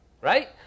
right